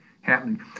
happening